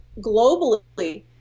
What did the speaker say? globally